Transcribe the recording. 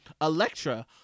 electra